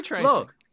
look